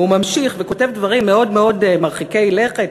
והוא ממשיך וכותב דברים מאוד מרחיקי לכת,